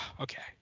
okay